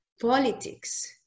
Politics